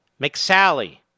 McSally